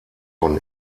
von